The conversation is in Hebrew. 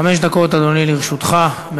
חמש דקות לרשותך, אדוני.